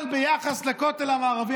אבל ביחס לכותל המערבי,